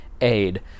aid